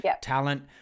talent